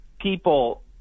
people